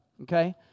Okay